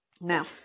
Now